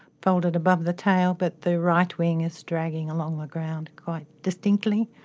folded above the tail, but the right wing is dragging along the ground quite distinctly.